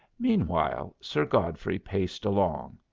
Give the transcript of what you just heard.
meanwhile, sir godfrey paced along.